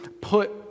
put